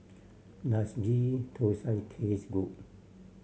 does Ghee Thosai taste good